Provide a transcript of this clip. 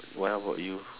well how about you